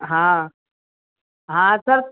हां हां सर